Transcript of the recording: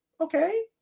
Okay